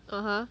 (uh huh)